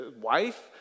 wife